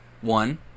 One